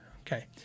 Okay